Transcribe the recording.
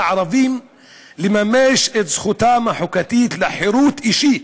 הערבים לממש את זכותם החוקתית לחירות אישית,